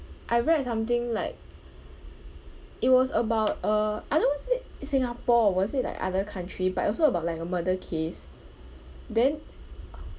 I read something like it was about uh I don't know was it in singapore or was it like other country but also about like a murder case then